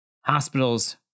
hospitals